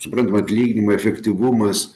suprantam atlyginimo efektyvumas